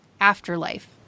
afterlife